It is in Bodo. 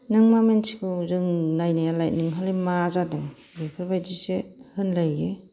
नों मा मिथिगौ जों नायनायालाय नोंहालाय मा जादों बेफोरबादिसो होनलायो